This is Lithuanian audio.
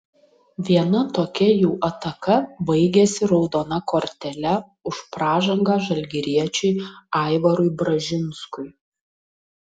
viena tokia jų ataka baigėsi raudona kortele už pražangą žalgiriečiui aivarui bražinskui